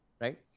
right